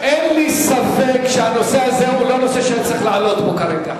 אין לי ספק שהנושא הזה הוא לא נושא שצריך לעלות פה כרגע.